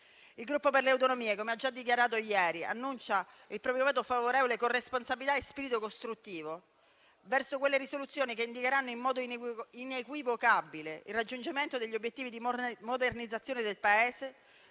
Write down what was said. il Gruppo per le Autonomie - come già dichiarato ieri - voterà favorevolmente, con responsabilità e spirito costruttivo, quelle risoluzioni che indicheranno in modo inequivocabile il raggiungimento degli obiettivi di modernizzazione del Paese,